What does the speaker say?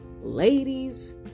ladies